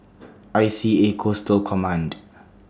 I C A Coastal Command